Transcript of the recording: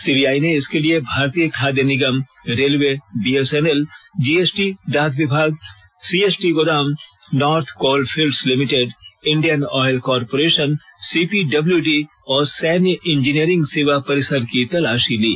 CBI ने इसके लिए भारतीय खाद्य निगम रेलवे बीएसएनएल जीएसटी डाक विभाग सीएसडी गोदाम North Coal Fields Limited Indian Oil Corporation CPWD और सैन्य इंजीनियरिंग सेवा परिसर की तलाशी ली